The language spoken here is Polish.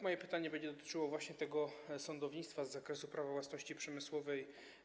Moje pytanie będzie dotyczyło właśnie sądownictwa z zakresu prawa własności przemysłowej: